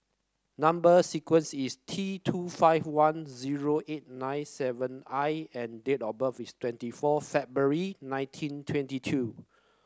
number sequence is T two five one zero eight nine seven I and date of birth is twenty four February nineteen twenty two